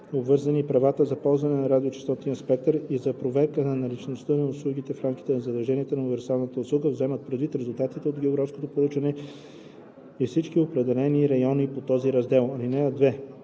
обвързани правата за ползване на радиочестотен спектър, и за проверка на наличността на услуги в рамките на задълженията за универсална услуга, вземат предвид резултатите от географското проучване и всички определени райони по този раздел.